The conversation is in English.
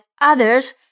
others